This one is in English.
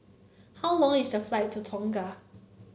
how long is the flight to Tonga